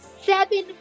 seven